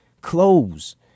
clothes